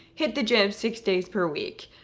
hit the gym six days per week,